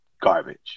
garbage